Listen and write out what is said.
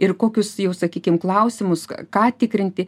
ir kokius jau sakykim klausimus ką tikrinti